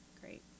great